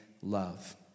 love